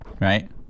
Right